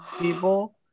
people